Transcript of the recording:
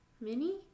Mini